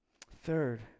Third